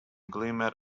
glimmer